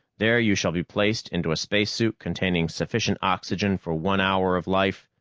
there you shall be placed into a spacesuit containing sufficient oxygen for one hour of life,